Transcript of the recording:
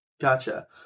Gotcha